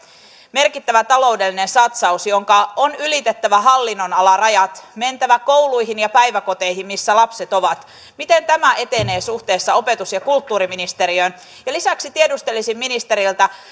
merkittävä taloudellinen satsaus jonka on ylitettävä hallinnonalarajat mentävä kouluihin ja päiväkoteihin missä lapset ovat miten tämä etenee suhteessa opetus ja kulttuuriministeriöön ja lisäksi tiedustelisin ministeriltä